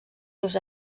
seus